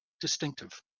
distinctive